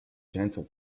gentle